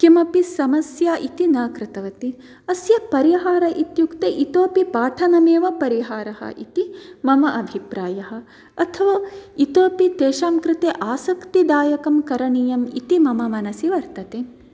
किमपि समस्या इति न कृतवती अस्य परिहारः इत्युक्ते इतोपि पाठनम् एव परिहारः इति मम अभिप्रायः अथवा इतोपि तेषां कृते आसक्तिदायकं करणीयम् इति मम मनसि वर्तते